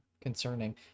concerning